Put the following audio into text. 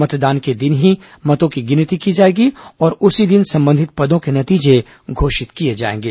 मतदान के दिन ही मतों की गिनती की जाएगी और उसी दिन संबंधित पदों के नतीजे घोषित किए जाएंगे